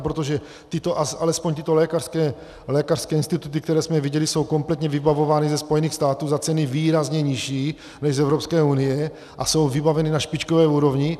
Protože alespoň tyto lékařské instituty, které jsme viděli, jsou kompletně vybavovány ze Spojených států za ceny výrazně nižší než z Evropské unie a jsou vybaveny na špičkové úrovni.